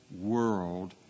world